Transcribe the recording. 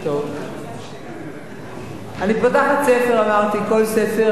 אני פותחת ספר, אמרתי, כל ספר, בדחילו ורחימו.